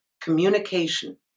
communication